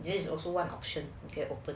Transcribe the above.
this is also one option can open